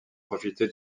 profité